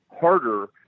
harder